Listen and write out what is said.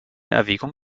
erwägung